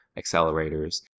accelerators